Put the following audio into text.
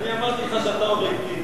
אני אמרתי לך שאתה אובייקטיבי.